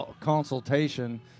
consultation